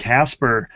Casper